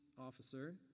officer